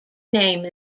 name